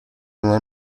una